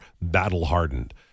battle-hardened